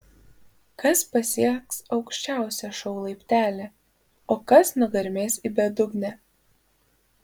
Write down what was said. kas pasieks aukščiausią šou laiptelį o kas nugarmės į bedugnę